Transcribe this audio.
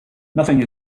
nothing